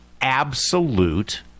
absolute